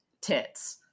tits